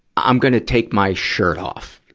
i'm gonna take my shirt off.